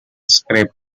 scrape